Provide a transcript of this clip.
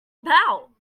about